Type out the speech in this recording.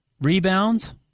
rebounds